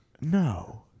No